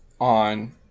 on